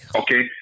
okay